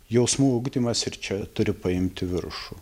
jausmų ugdymas ir čia turi paimti viršų